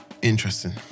Interesting